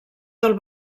del